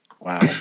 wow